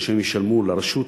שהם ישלמו לרשות,